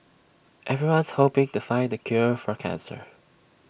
everyone's hoping to find the cure for cancer